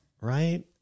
Right